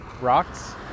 Rocks